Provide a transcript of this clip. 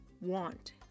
want